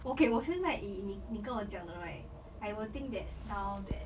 okay 我现在以你你跟我讲的 right I will think that now that